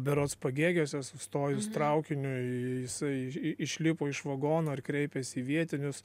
berods pagėgiuose sustojus traukiniui jisai i išlipo iš vagono ir kreipės į vietinius